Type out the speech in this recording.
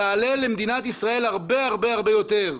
תעלה למדינת ישראל הרבה הרבה יותר.